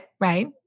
Right